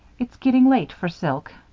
it's getting late for silk.